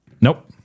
Nope